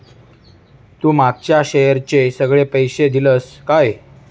तू मागच्या शेअरचे सगळे पैशे दिलंस काय?